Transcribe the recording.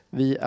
vi